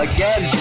Again